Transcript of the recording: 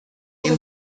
این